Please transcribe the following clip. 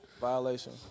Violation